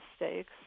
mistakes